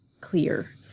clear